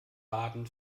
baden